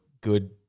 good